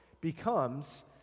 becomes